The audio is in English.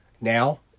now